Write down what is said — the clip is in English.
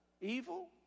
Evil